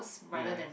ya